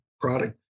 product